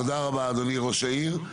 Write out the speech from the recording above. תודה רבה, אדוני ראש העיר.